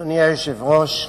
אדוני היושב-ראש,